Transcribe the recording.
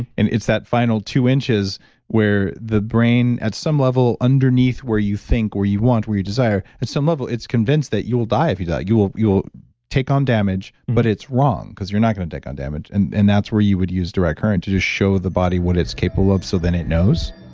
and it's that final two inches where the brain at some level underneath where you think, where you want where you desire, at some level it's convinced that you will die if you do that. you will you will take on damage but it's wrong because you're not going to take on damage, and and that's where you would use direct current to just show the body what it's capable of so then it knows